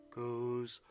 goes